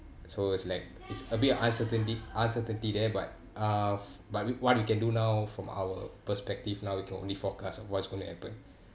so it's like is a bit uncertainty uncertainty there but uh f~ but what you can do now from our perspective now you can only forecast what's going to happen